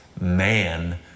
man